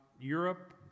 Europe